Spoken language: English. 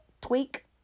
tweak